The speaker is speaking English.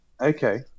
okay